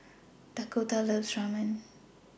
Dakotah loves Ramen